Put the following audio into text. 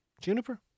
Juniper